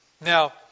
Now